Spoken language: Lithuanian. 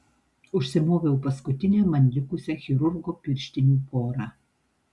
užsimoviau paskutinę man likusią chirurgo pirštinių porą